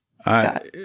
Scott